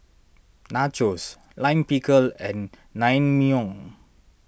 Nachos Lime Pickle and Naengmyeon